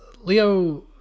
Leo